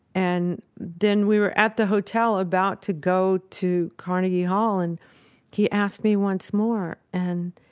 and then we were at the hotel about to go to carnegie hall and he asked me once more. and